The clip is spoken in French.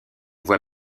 voie